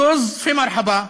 מה הקשר בין טוז למרחבא?